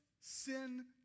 sin